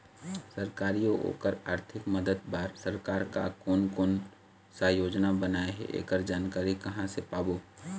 सरकारी अउ ओकर आरथिक मदद बार सरकार हा कोन कौन सा योजना बनाए हे ऐकर जानकारी कहां से पाबो?